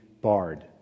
barred